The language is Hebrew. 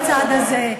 בצד הזה,